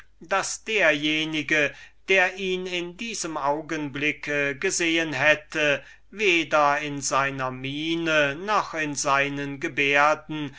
daß derjenige der ihn in diesem augenblick gesehen hätte weder in seiner miene noch in seinen gebärden